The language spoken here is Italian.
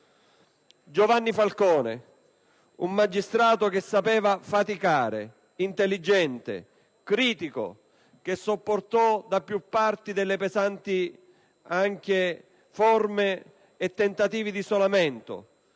Giovanni Falcone un magistrato che sapeva faticare, intelligente, critico, che sopportò da più parti delle pesanti forme e tentativi di isolamento,